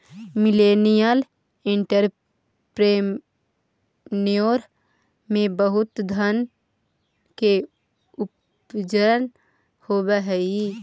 millennial entrepreneur में बहुत धन के उपार्जन होवऽ हई